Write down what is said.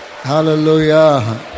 Hallelujah